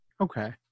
Okay